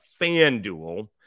FanDuel